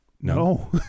No